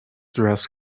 dress